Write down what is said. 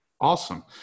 Awesome